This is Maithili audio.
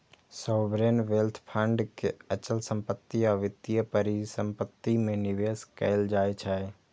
सॉवरेन वेल्थ फंड के अचल संपत्ति आ वित्तीय परिसंपत्ति मे निवेश कैल जाइ छै